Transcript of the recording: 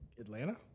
Atlanta